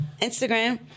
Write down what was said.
Instagram